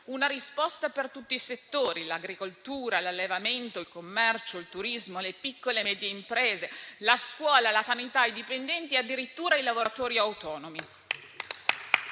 una risposta per tutti i settori: l'agricoltura, l'allevamento, il commercio, il turismo, le piccole e medie imprese, la scuola, la sanità, i dipendenti e addirittura i lavoratori autonomi.